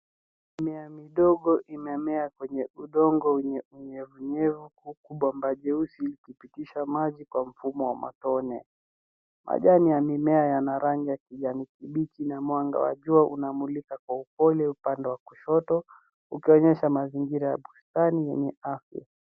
Mimea midogo imemea kwenye udongo wenye unyevunyevu huku bomba jeusi likipitisha maji kwa mfumo wa matone. Majani ya mimea yana rangi ya kijani kibichi na mwanga wa jua unamulika kwa upole upande wa kushoto ukionyesha mazingira ya bustani yenye afya.